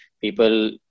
People